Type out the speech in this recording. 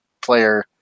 player